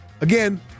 Again